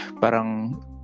Parang